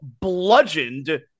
bludgeoned